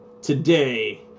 Today